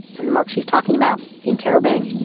and the mark she is talking about, the interrobang,